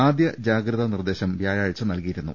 ആദ്യ ജാഗ്രതാ നിർദ്ദേശം വ്യാഴാഴ്ച നൽകിയിരുന്നു